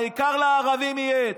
העיקר לערבים יהיה,